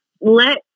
Let